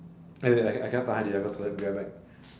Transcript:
wait wait I cannot tahan already I go toilet already be right back